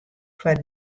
foar